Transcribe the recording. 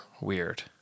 weird